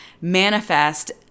manifest